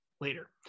later